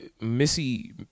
Missy